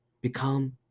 become